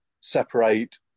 separate